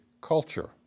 culture